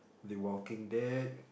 the Walking Dead